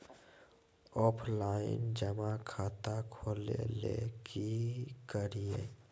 Offline जमा खाता खोले ले की करिए?